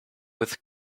with